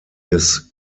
des